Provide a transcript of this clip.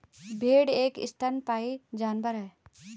भेड़ एक स्तनपायी जानवर है